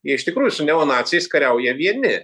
jie iš tikrųjų su neonaciais kariauja vieni